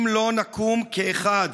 אם לא נקום כאחד